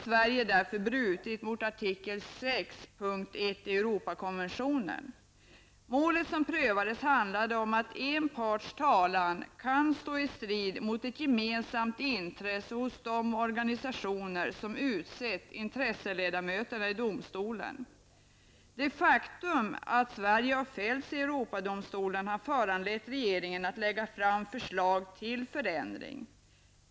Sverige bröt därför mot artikel 6 punkt 1 Det mål som prövades handlade om att en parts talan kan stå i strid mot ett gemensamt intresse hos de organisationer som utsett intresseledamöterna i domstolen. Det faktum att Sverige har fällts i Europadomstolen har föranlett regeringen att lägga fram förslag till förändringar.